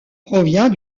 provient